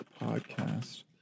podcast